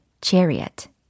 Chariot